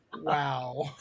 wow